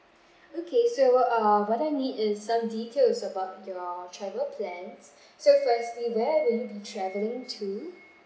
okay so err what I need is some details about your travel plan so roughly where you will be travelling to